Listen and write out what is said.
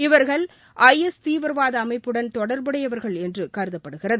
இவர்கள் I S தீவிரவாத அமைப்புடன் தொடர்புடையவர்கள் என்று கருதப்படுகிறது